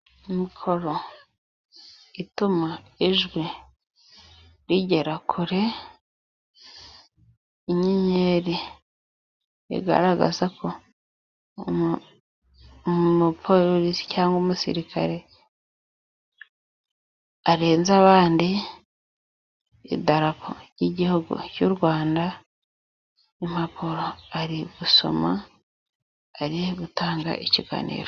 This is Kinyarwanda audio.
Mikoro ituma ijwi rigera kure, inyenyeri igaragaza ko umupolisi cyangwa umusirikare arenze abandi, idarapo ry'igihugu cy'u Rwanda, impapuro ari gusoma ari gutanga ikiganiro.